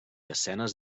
escenes